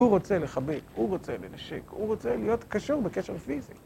‫הוא רוצה לחבק, הוא רוצה לנשק, ‫הוא רוצה להיות קשור בקשר פיזי.